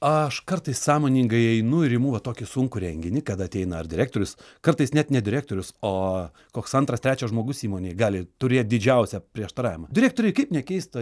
aš kartais sąmoningai einu ir imu va tokį sunkų renginį kada ateina ar direktorius kartais net ne direktorius o koks antras trečias žmogus įmonėj gali turėt didžiausią prieštaravimą direktoriai kaip nekeista